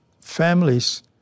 families